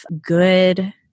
good